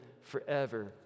forever